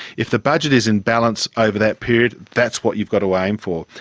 if the budget is in balance over that period, that's what you've got to aim for.